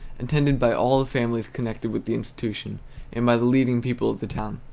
attended by all the families connected with the institution and by the leading people of the town.